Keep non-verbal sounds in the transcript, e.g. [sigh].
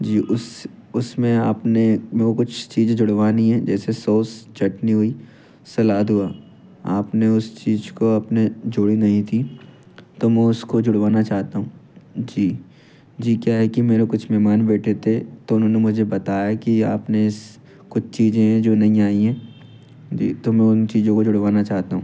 जी उसमें आपने [unintelligible] कुछ चीज़ें जुड़वानी है जैसे सौष चटनी हुई सलाद हुआ आपने उस चीज को आपने जोड़ी नहीं थी तो मैं उसको जुड़वाना चाहता हूँ जी जी क्या है कि मेरे कुछ मेहमान बैठे थे तो उन्होंने मुझे बताया कि आपने इस कुछ चीज़ें है जो नहीं आई हैं जी तो मैं उन चीज़ों को जुड़वाना चाहता हूँ